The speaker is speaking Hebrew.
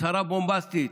הצהרה בומבסטית: